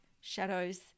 shadows